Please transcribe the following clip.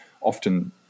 often